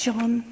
John